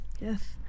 Yes